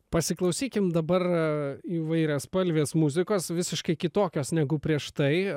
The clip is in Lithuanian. pasiklausykim dabar įvairiaspalvės muzikos visiškai kitokios negu prieš tai